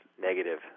negative